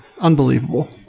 Unbelievable